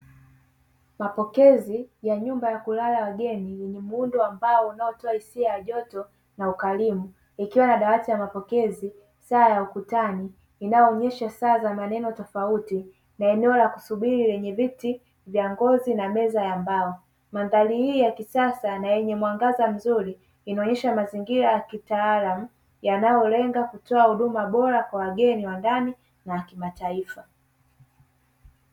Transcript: Mapokezi ya nyumba ya kulala wageni, ya muundo wa ambao unaotoa hisia ya joto na ukarimu. Ikiwa na dawati ya mapokezi, saa ya ukutani, inayoonyesha saa za maneno tofauti, na eneo la kusubiri lenye viti vya ngozi na meza ya mbao. Mandhari hii ya kisasa na yenye mwangaza mzuri inaonyesha mazingira ya kitaalamu yanayolenga kutoa huduma bora kwa wageni wa ndani na wa kimataifa.